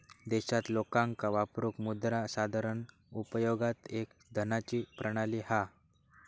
देशात लोकांका वापरूक मुद्रा साधारण उपयोगात एक धनाची प्रणाली हा